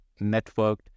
networked